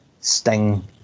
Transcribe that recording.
Sting